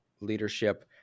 leadership